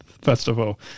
Festival